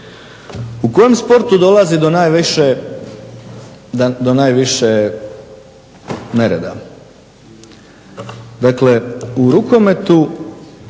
U kojem sportu dolazi do najviše nereda? Dakle, u rukometu,